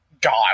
God